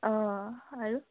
অঁ আৰু